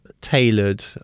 tailored